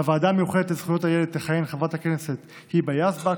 בוועדה המיוחדת לזכויות הילד תכהן חברת הכנסת היבה יזבק,